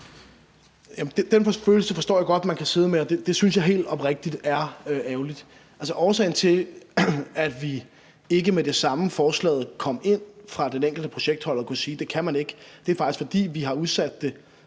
Den følelse forstår jeg godt at man kan sidde med, og det synes jeg helt oprigtigt er ærgerligt. Årsagen til, at vi ikke, med det samme forslaget kom ind fra den enkelte projektholder, kunne sige, at det kan man ikke, er faktisk, at vi – på den